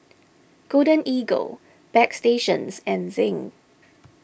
Golden Eagle Bagstationz and Zinc